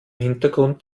hintergrund